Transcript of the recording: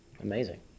Amazing